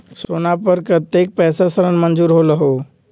सोना पर कतेक पैसा ऋण मंजूर होलहु?